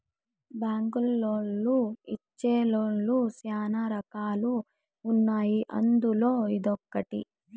బ్యాంకులోళ్ళు ఇచ్చే లోన్ లు శ్యానా రకాలు ఉన్నాయి అందులో ఇదొకటి